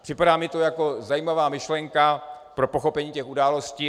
Připadá mi to jako zajímavá myšlenka pro pochopení událostí.